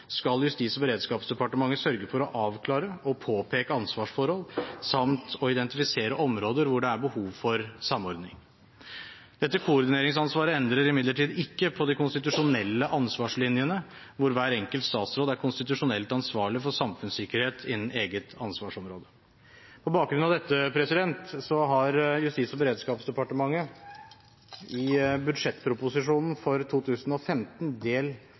skal Justis- og beredskapsdepartementet sørge for å avklare og påpeke ansvarsforhold samt identifisere områder hvor det er behov for samordning. Dette koordineringsansvaret endrer imidlertid ikke på de konstitusjonelle ansvarslinjene, hvor hver enkelt statsråd er konstitusjonelt ansvarlig for samfunnssikkerhet innen eget ansvarsområde. På bakgrunn av dette har Justis- og beredskapsdepartementet i budsjettproposisjonen for 2015, del